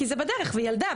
כי זה בדרך והיא ילדה,